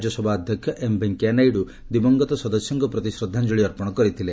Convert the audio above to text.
ରାଜ୍ୟସଭା ଅଧ୍ୟକ୍ଷ ଏମ୍ ଭେଙ୍କିୟା ନାଇଡୁ ଦିବଂଗତ ସଦସ୍ୟଙ୍କ ପ୍ରତି ଶ୍ରଦ୍ଧାଞ୍ଜଳି ଅର୍ପଣ କରିଥିଲେ